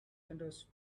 generous